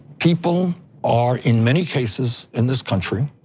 people are, in many cases in this country,